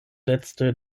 letzte